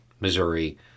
Missouri